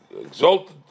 exalted